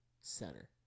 Center